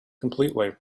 completely